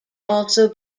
also